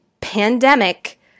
pandemic